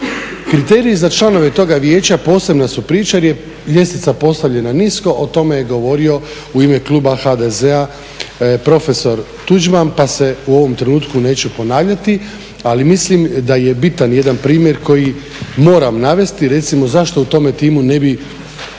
Kriteriji za članove toga vijeća posebna su priča jer je ljestvica postavljena nisko, o tome je govorio u ime kluba HDZ-a profesor Tuđman pa se u ovom trenutku neću ponavljati, ali mislim da je bitan jedan primjer koji moram navesti. Recimo, zašto u tome timu ne bi